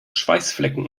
schweißflecken